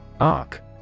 Arc